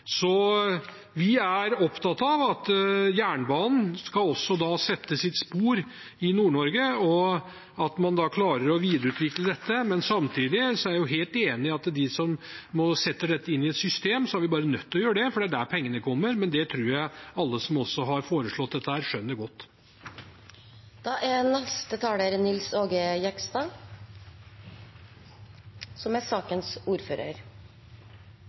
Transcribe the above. Vi er opptatt av at jernbanen også skal sette spor i Nord-Norge, og at man klarer å videreutvikle dette. Samtidig er jeg helt enig i at vi må sette dette inn i et system – vi er nødt til å gjøre det, for det er da pengene kommer. Men det tror jeg også alle som har foreslått dette, skjønner godt. Jeg synes debatten bør bære preg av at vi har et positivt utgangspunkt for prosjektet. Det som kommer til å avgjøre om prosjektet blir realisert, er